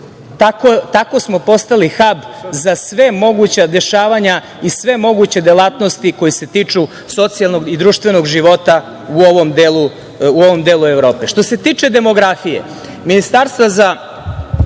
Tako smo postali hab za sva moguća dešavanja i sve moguće delatnosti koje se tiču socijalnog i društvenog života u ovom delu Evrope. Što se tiče demografije, ministarstva za